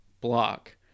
block